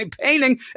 painting